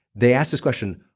they ask this question,